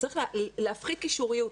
צריך להפחית קישוריות,